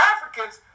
Africans